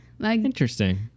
Interesting